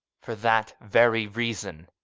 for that very reason.